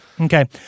Okay